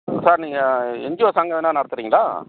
sir நீங்கள் NGO சங்கம் எதனால் நடத்துகிறீங்களா